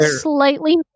slightly